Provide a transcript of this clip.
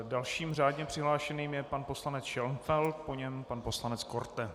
Dalším řádně přihlášeným je pan poslanec Šenfeld, po něm pan poslanec Korte.